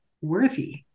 worthy